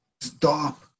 stop